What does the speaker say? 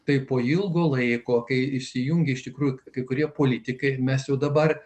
tai po ilgo laiko kai įsijungia iš tikrųjų kai kurie politikai mes jau dabar